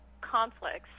conflicts